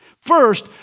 First